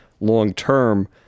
long-term